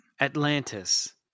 Atlantis